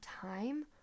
time